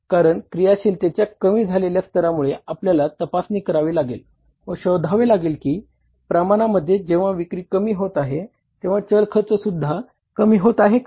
कारण क्रियाशीलतेच्या कमी झालेल्या स्तरामुळे आपल्याला तपासणी करावी लागेल व शोधावे लागेल की प्रमाणामध्ये जेंव्हा विक्री कमी होत आहे तेंव्हा चल खर्च सुद्धा कमी होत आहे का